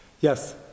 Yes